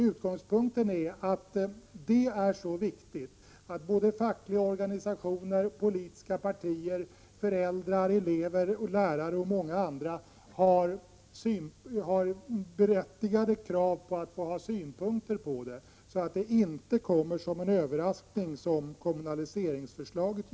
Utgångspunkten är att detta är så viktigt att fackliga organisationer, politiska partier, föräldrar, elever, lärare och många andra har berättigade krav på att få komma med synpunkter, för att de inte skall bli lika överraskade som de blev över kommunaliseringsförslaget.